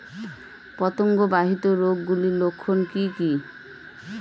পতঙ্গ বাহিত রোগ গুলির লক্ষণ কি কি?